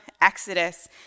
Exodus